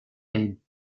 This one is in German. ain